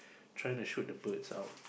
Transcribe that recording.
trying to shoot the birds out